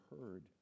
heard